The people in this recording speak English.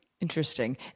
interesting